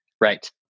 Right